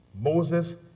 Moses